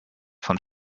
von